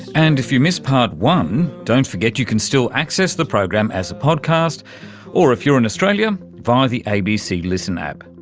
and if you missed part one, don't forget you can still access the program as a podcast or, if you're in australia, via the abc listen app.